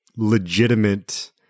legitimate